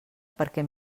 perquè